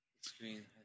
Screen